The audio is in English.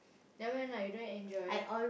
never mind lah you don't enjoy